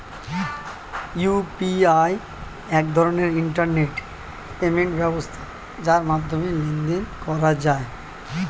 UPI এক ধরনের internet payment ব্যবস্থা যার মাধ্যমে লেনদেন করা যায়